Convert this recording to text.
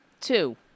Two